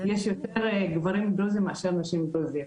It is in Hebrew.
יש יותר גברים דרוזים מאשר נשים דרוזיות.